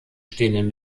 stehenden